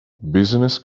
business